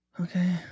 Okay